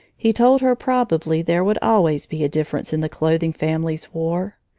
he told her probably there would always be a difference in the clothing families wore,